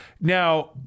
Now